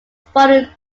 following